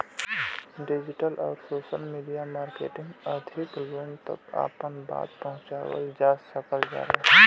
digital आउर social media marketing अधिक लोगन तक आपन बात पहुंचावल जा सकल जाला